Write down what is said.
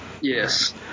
Yes